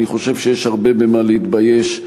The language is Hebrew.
אני חושב שיש הרבה במה להתבייש,